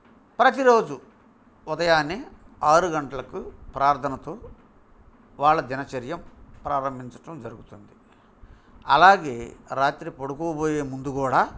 ప్రతిరోజు ఉదయాన్నే ఆరు గంటలకు ప్రార్థనతో వాళ్ళ దినచర్య ప్రారంభించడం జరుగుతుంది అలాగే రాత్రి పడుకోబోయే ముందు కూడా